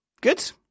Good